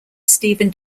stephen